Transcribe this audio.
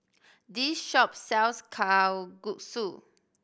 this shop sells Kalguksu